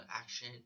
action